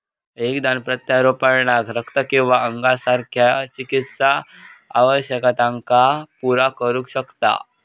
एक दान प्रत्यारोपणाक रक्त किंवा अंगासारख्या चिकित्सा आवश्यकतांका पुरा करू शकता